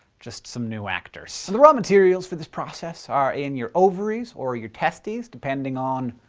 just some new actors. so the raw materials for this process are in your ovaries or your testes, depending on.